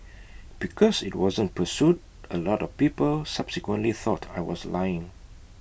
because IT wasn't pursued A lot of people subsequently thought I was lying